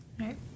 right